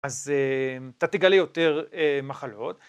אז אתה תגלה יותר מחלות.